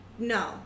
no